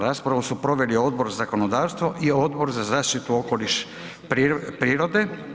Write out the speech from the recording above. Raspravu su proveli Odbor za zakonodavstvo i Odbor za zaštitu okoliša i prirode.